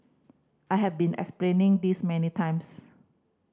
I have been explaining this many times